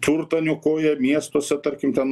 turtą niokoja miestuose tarkim ten